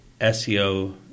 SEO